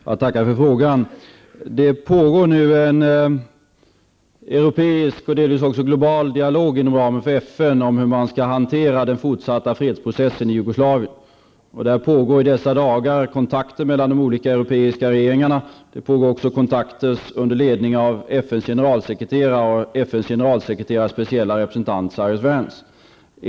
Herr talman! Jag tackar för frågan. Det pågår nu en europeisk, och delvis också global, dialog inom ramen för FN om hur man skall hantera den fortsatta fredsprocessen i Jugoslavien. Det pågår i dessa dagar kontakter mellan de olika europeiska regeringarna. Det pågår också kontakter under ledning av FNs generalsekreterare och hans specielle representant Cyrus Vance.